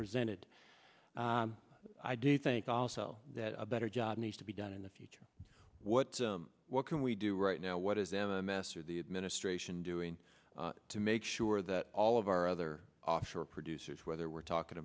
presented i do think also that a better job needs to be done in the future what what can we do right now what is m m s or the administration doing to make sure that all of our other offshore producers whether we're talking